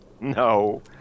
No